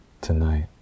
Tonight